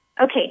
okay